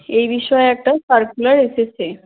এই বিষয়ে একটা সার্কুলার এসেছে